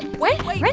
wait, wait, wait